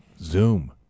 Zoom